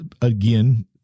again